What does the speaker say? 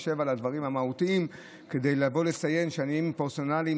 נשב על הדברים המהותיים כדי לציין ששינויים פרסונליים